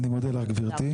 אני מודה לך גברתי.